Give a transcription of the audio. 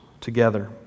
together